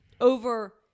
over